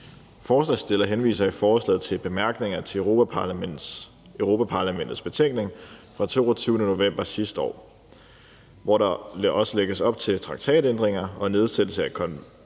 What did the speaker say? Forslagsstillerne henviser i forslaget til bemærkninger til Europa-Parlamentets betænkning fra den 22. november sidste år, hvor der også lægges op til traktatændringer og nedsættelse af et konvent